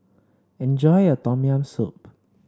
enjoy your Tom Yam Soup